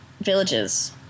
villages